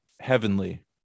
heavenly